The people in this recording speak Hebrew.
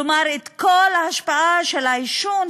כלומר כל ההשפעה של העישון,